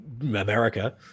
America